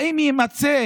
האם יימצא